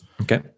Okay